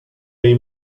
they